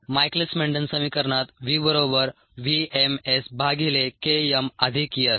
Michaelis Menten समीकरणात v बरोबर v m s भागिले K m अधिक s